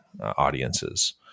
audiences